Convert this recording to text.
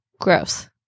Gross